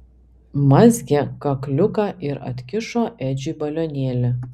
mazgė kakliuką ir atkišo edžiui balionėlį